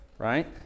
right